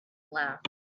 laughed